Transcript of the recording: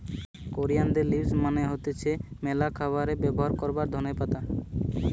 কোরিয়ানদের লিভস মানে হতিছে ম্যালা খাবারে ব্যবহার করবার ধোনে পাতা